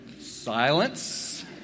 Silence